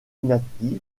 inactive